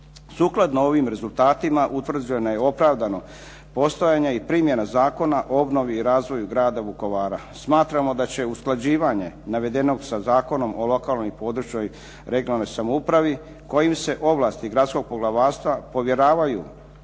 Sukladno ovim rezultatima utvrđeno je opravdano postojanje i primjena Zakona o obnovi i razvoju grada Vukovara. Smatramo da će usklađivanje navedenog sa Zakonom o lokalnoj i područnoj (regionalnoj) samoupravi kojim se ovlasti gradskog poglavarstva povjeravaju